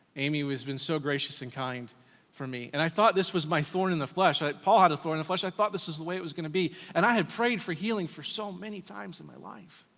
amy, who has been so gracious and kind for me. and i thought this was my thorn in the flesh. paul had a thorn in the flesh, i thought this was the way it was gonna be and i had prayed for healing for so many times in my life.